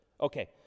okay